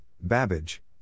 babbage